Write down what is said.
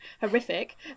horrific